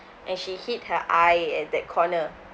and she hit her eye at that corner